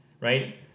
Right